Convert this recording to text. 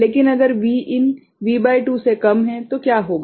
लेकिन अगर Vin V भागित 2 से कम है तो क्या होगा